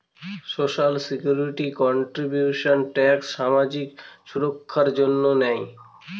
social security contributions tax সামাজিক সুররক্ষার জন্য দেয়